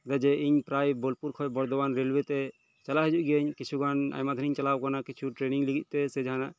ᱡᱮ ᱤᱧ ᱯᱨᱟᱭ ᱵᱳᱞᱯᱩᱨ ᱠᱷᱚᱱ ᱵᱚᱨᱫᱚᱢᱟᱱ ᱨᱮᱞᱳᱣᱮ ᱛᱮ ᱪᱟᱞᱟᱜ ᱦᱤᱡᱩᱜ ᱜᱮᱭᱟᱹᱧ ᱠᱤᱪᱷᱩ ᱜᱟᱱ ᱟᱭᱢᱟ ᱫᱷᱟᱣ ᱤᱧ ᱪᱟᱞᱟᱣ ᱟᱠᱟᱱᱟ ᱠᱤᱪᱷᱩ ᱴᱨᱮᱱᱚᱝ ᱞᱟᱹᱜᱤᱫ ᱛᱮ ᱥᱮ ᱡᱟᱦᱟᱱᱟᱜ